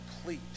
complete